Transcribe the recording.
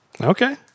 Okay